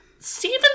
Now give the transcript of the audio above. Stephen